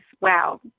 wow